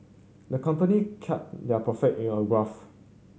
the company charted their profit in a graph